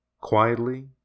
Quietly